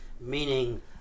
Meaning